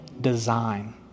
design